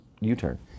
U-turn